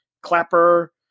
clapper